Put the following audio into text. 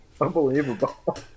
unbelievable